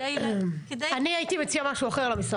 כדי --- אני הייתי מציעה משהו אחר למשרד